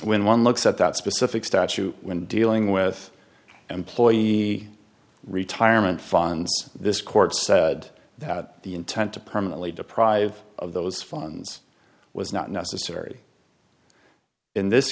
when one looks at that specific statute when dealing with employee retirement funds this court said that the intent to permanently deprive of those funds was not necessary in this